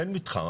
אין מתחם.